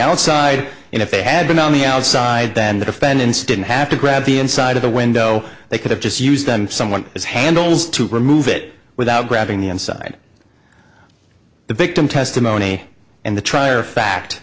outside and if they had been on the outside then the defendants didn't have to grab the inside of the window they could have just used them someone as handles to remove it without grabbing the inside the victim testimony and the trier of fact